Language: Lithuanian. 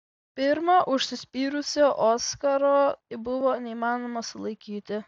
pirma užsispyrusio oskaro buvo neįmanoma sulaikyti